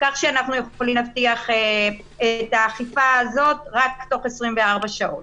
כך שאנחנו יכולים להבטיח את האכיפה הזאת רק תוך 24 שעות.